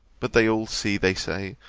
but they all see, they say,